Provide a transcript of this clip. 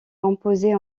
composée